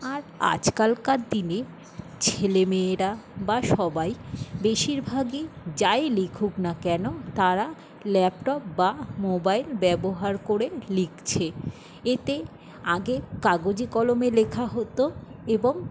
আর আজকালকার দিনে ছেলেমেয়েরা বা সবাই বেশিরভাগই যাই লিখুক না কেন তারা ল্যাপটপ বা মোবাইল ব্যবহার করে লিখছে এতে আগে কাগজে কলমে লেখা হতো এবং